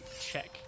check